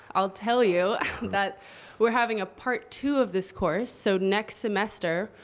i'll tell you that we're having a part two of this course. so next semester,